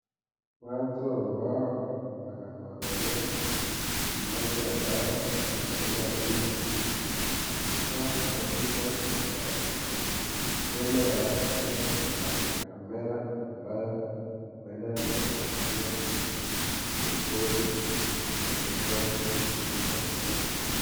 Watu ambao wanamwangalia mtu moja ambaye ni Raila odinga akitoa hotuba yake, mbele yake kuna kamera ambaya uenda ni ya kutumia kurikoti akitoa hotuba yake.